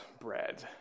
bread